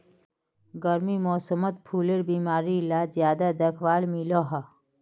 गर्मीर मौसमोत फुलेर बीमारी ला ज्यादा दखवात मिलोह